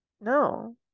No